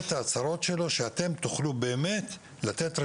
את ההצהרות שלו שאתם תוכלו באמת לתת את